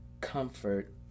comfort